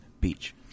Beach